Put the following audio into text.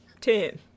ten